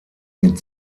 mit